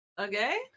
Okay